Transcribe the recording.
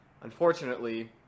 Unfortunately